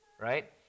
right